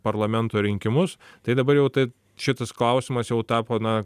parlamento rinkimus tai dabar jau tai šitas klausimas jau tapo na